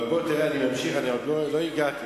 בוא תראה, אני ממשיך, אני עוד לא הגעתי.